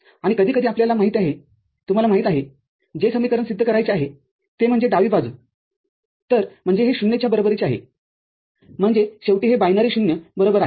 आणि कधीकधी आपल्याला माहिती आहेतुम्हाला माहिते आहेजे समीकरणसिद्ध करायचे आहे ते म्हणजे डावी बाजू तरम्हणजे हे ० च्या बरोबरीचे आहेम्हणजे शेवटी हे बायनरी 0 बरोबर आहे